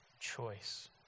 choice